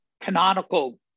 canonical